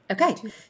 Okay